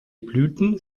blüten